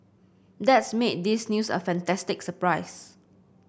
that's made this news a fantastic surprise